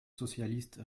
socialiste